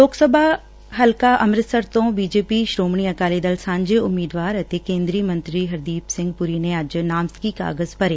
ਲੋਕ ਸਭਾ ਹਲਕਾ ਅੰਮ੍ਰਿਤਸਰ ਤੋਂ ਬੀਜੇਪੀ ਸ੍ਰੋਮਣੀ ਅਕਾਲੀ ਦਲ ਸਾਂਝੇ ਉਮੀਦਵਾਰ ਅਤੇ ਕੇਂਦਰੀ ਮੰਤਰੀ ਹਰਦੀਪ ਸਿੰਘ ਪੁਰੀ ਨੇ ਅੱਜ ਨਾਮਜ਼ਦਗੀ ਕਾਗਜ ਭਰੇ